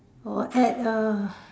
or add a